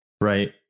Right